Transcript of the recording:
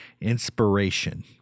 inspiration